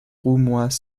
roumois